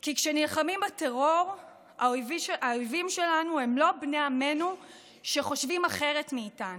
כי כשנלחמים בטרור האויבים שלנו הם לא בני עמנו שחושבים אחרת מאיתנו,